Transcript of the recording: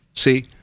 See